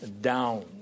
down